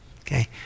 okay